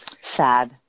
Sad